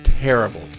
terrible